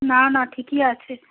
না না ঠিকই আছে